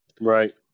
Right